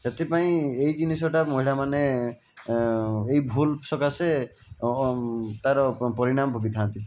ସେଥିପାଇଁ ଏହି ଜିନିଷଟା ମହିଳାମାନେ ଏହି ଭୁଲ ସକାଶେ ତାର ପରିଣାମ ଭୋଗିଥାନ୍ତି